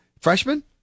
freshman